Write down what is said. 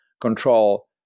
control